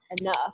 enough